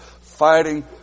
Fighting